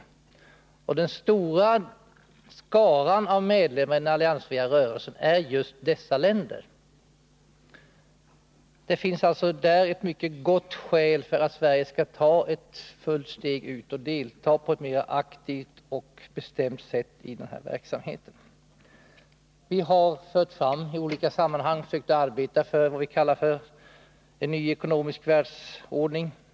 Just dessa länder är den stora skaran av medlemmar i den alliansfria rörelsen. Där finns alltså ett mycket gott skäl för Sverige att ta steget fullt ut och delta i denna verksamhet på ett mera aktivt och bestämt sätt. Vi har sökt arbeta för vad vi kallar en ny ekonomisk världsordning.